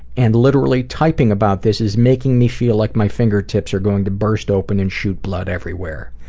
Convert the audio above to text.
and literally typing about this is making me feel like my finger tips are going to burst open and shoot blood everywhere.